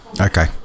Okay